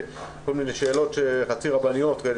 כל מיני שאלות חצי רבניות כאלה